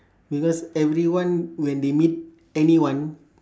because everyone when they meet anyone